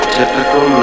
typical